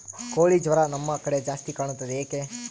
ಕೋಳಿ ಜ್ವರ ನಮ್ಮ ಕಡೆ ಜಾಸ್ತಿ ಕಾಣುತ್ತದೆ ಏಕೆ?